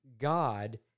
God